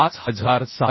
57 1